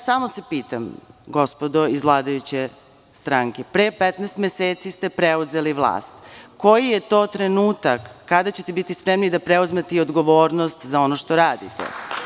Samo se pitam gospodo iz vladajuće stranke, pre 15 meseci ste preuzeli vlast, koji je to trenutak kada ćete biti spremni da preuzmete i odgovornost za ono što radite.